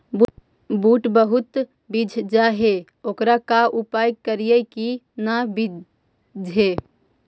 बुट बहुत बिजझ जा हे ओकर का उपाय करियै कि न बिजझे?